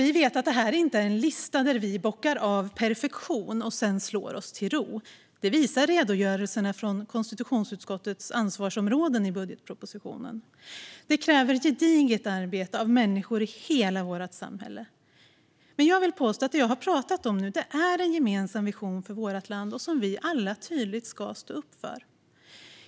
Vi vet att detta inte är en lista där vi bockar av perfektion och sedan slår oss till ro. Detta visar redogörelserna från konstitutionsutskottets ansvarsområden i budgetpropositionen. Det krävs gediget arbete av människor i hela vårt samhälle, men jag vill påstå att det jag har pratat om nu är en gemensam vision för vårt land som vi alla tydligt ska stå upp för.